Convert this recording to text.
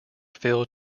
fail